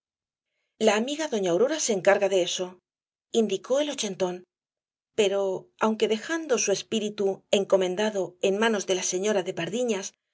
la amiga doña aurora se encarga de eso indicó el ochentón pero aunque dejando su espíritu encomendado en manos de la señora de pardiñas